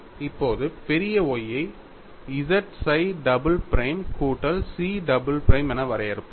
இப்போது பெரிய Y ஐ z psi டபுள் பிரைம் கூட்டல் chi டபுள் பிரைம் என வரையறுப்போம்